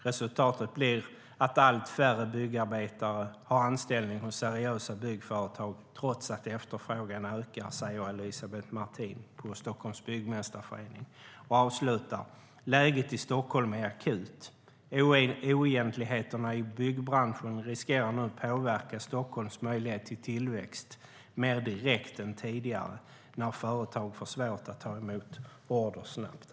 Resultatet blir att allt färre byggarbetare har anställningar hos seriösa byggföretag trots att efterfrågan ökar." Det säger Elisabeth Martin på Stockholms Byggmästareförening. Hon avslutar: "Läget i Stockholm är akut. Oegentligheterna i byggbranschen riskerar nu att påverka Stockholms möjlighet till tillväxt mer direkt än tidigare när företag får svårt att ta emot order snabbt."